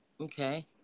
Okay